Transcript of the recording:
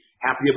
happy